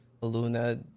Luna